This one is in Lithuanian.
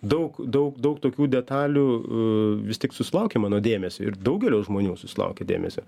daug daug daug tokių detalių vis tik susilaukė mano dėmesio ir daugelio žmonių susilaukė dėmesio